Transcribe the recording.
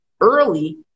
early